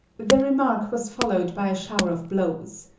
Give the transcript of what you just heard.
the remark was followed by a shower of blows.